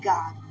God